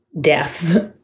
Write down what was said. death